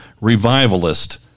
Revivalist